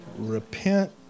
repent